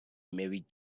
married